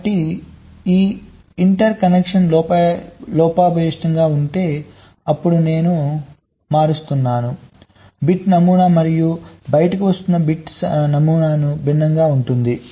కాబట్టి ఈ interconnection లోపభూయిష్టంగా ఉంటే అప్పుడు నేను మారుస్తున్నాను బిట్ నమూనా మరియు బయటకు వస్తున్న బిట్ నమూనా భిన్నంగా ఉంటుంది